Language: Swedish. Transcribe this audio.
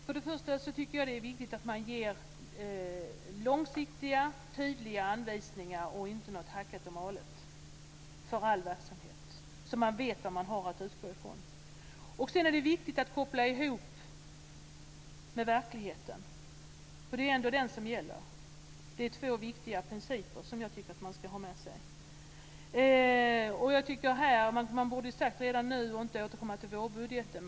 Herr talman! Jag tycker att det är viktigt att man ger långsiktiga tydliga anvisningar för all verksamhet, och inte något hackat och malet, så att man vet vad man har att utgå från. Sedan är det viktigt att koppla till verkligheten, för det är ändå den som gäller. Det är två viktiga principer som jag tycker att man ska ha med sig. Jag tycker att man borde ha sagt vad som gäller redan nu, i stället för att återkomma i vårbudgeten.